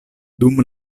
dum